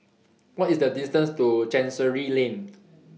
What IS The distance to Chancery Lane